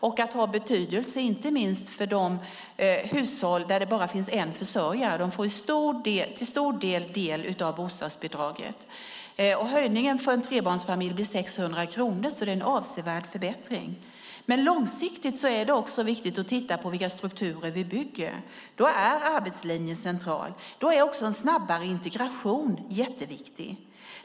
Inte minst kommer det att ha betydelse för de hushåll där det bara finns en försörjare, som till stor del får del av bostadsbidraget. Höjningen för en trebarnsfamilj blir 600 kronor, så det är en avsevärd förbättring. Långsiktigt är det viktigt att titta på vilka strukturer vi bygger. Då är arbetslinjen central. Då är också en snabbare integration jätteviktig.